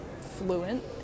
fluent